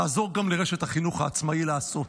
תעזור גם לרשת החינוך העצמאי לעשות,